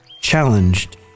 challenged